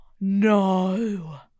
No